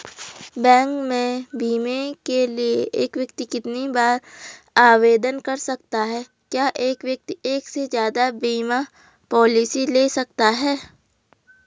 Bank में बीमे के लिए एक व्यक्ति कितनी बार आवेदन कर सकता है क्या एक व्यक्ति एक से ज़्यादा बीमा पॉलिसी ले सकता है?